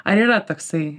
ar yra toksai